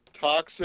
toxic